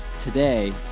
Today